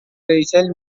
ریچل